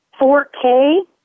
4K